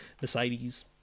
Mercedes